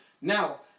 Now